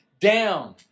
down